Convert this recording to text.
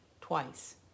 twice